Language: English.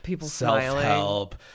self-help